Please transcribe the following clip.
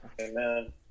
Amen